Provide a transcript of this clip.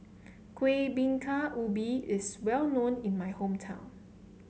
Kuih Bingka Ubi is well known in my hometown